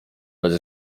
bez